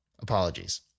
Apologies